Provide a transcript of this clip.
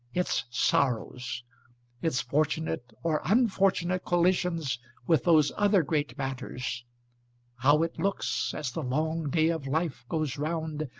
its sorrows its fortunate or unfortunate collisions with those other great matters how it looks, as the long day of life goes round,